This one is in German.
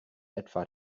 etwa